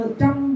trong